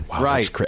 Right